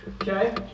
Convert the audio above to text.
Okay